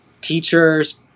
teachers